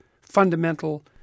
fundamental